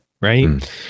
right